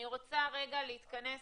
אני רוצה להתכנס,